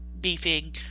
beefing